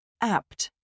Apt